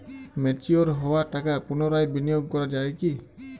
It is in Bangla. ম্যাচিওর হওয়া টাকা পুনরায় বিনিয়োগ করা য়ায় কি?